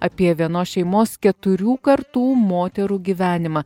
apie vienos šeimos keturių kartų moterų gyvenimą